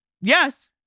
yes